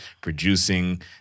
producing